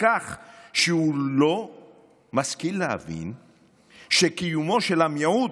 כך שהוא לא משכיל להבין שקיומו של המיעוט,